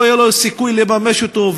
לא יהיה סיכוי לממש אותו,